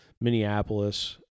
Minneapolis